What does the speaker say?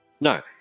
no